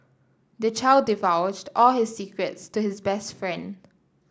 the child divulged all his secrets to his best friend